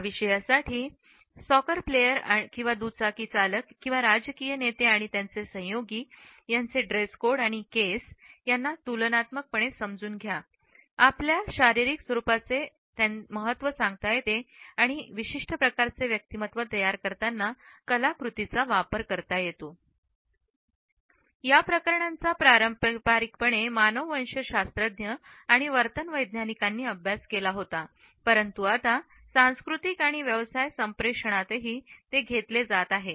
त्या विषयासाठी soccer player किंवा दुचाकी चालक किंवा राजकीय नेते आणि यांचे सहयोगी यांचे ड्रेस कोड केस यांना तुलनात्मक समजून घेतल्यामुळे आपल्या आपल्या शारीरिक स्वरूपाचे महत्त्व सांगता येते आणि विशिष्ट प्रकारचे व्यक्तिमत्त्व तयार करताना कलाकृतींचा वापर येतो या प्रकरणांचा पारंपारिकपणे मानववंशशास्त्रज्ञ आणि वर्तन वैज्ञानिकांनी अभ्यास केला होता परंतु आता सांस्कृतिक आणि व्यवसाय संप्रेषणातही ते घेतले जात आहेत